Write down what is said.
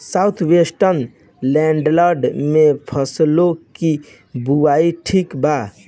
South western lowland में फसलों की बुवाई ठीक बा?